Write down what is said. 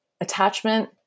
attachment